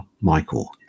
Michael